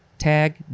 Tag